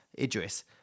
Idris